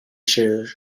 share